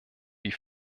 die